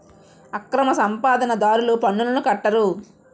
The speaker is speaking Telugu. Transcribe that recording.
అక్రమ సంపాదన దారులు పన్నులను కట్టరు